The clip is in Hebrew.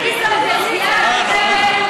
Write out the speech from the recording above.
רק בגלל שזה אופוזיציה?